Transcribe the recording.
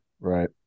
Right